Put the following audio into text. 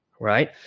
right